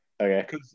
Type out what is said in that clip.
Okay